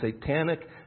satanic